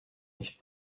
nicht